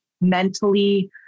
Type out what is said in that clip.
mentally